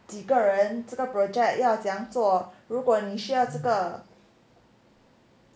几个人这个 project 要怎样做如果你需要这个